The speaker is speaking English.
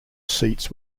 seats